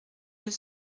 deux